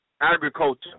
Agriculture